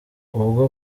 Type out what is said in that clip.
ubwo